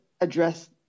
address